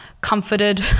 comforted